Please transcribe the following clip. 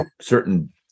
certain